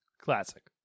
classic